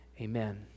amen